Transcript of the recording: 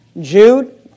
Jude